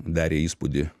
darė įspūdį